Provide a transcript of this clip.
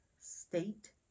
state